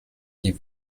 die